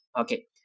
Okay